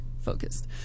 focused